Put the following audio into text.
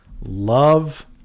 love